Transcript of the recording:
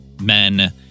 men